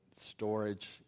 storage